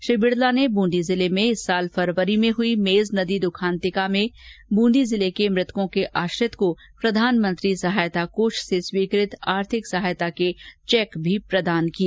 श्री बिरला ने बूंदी जिले में इस साल फरवरी में हुई मेज नदी दुखांतिका में बूंदी जिले के मृतकों के आश्रित को प्रधानमंत्री सहायता कोष से स्वीकृत आर्थिक सहायता के चैक भी प्रदान किए